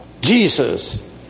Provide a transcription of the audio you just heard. Jesus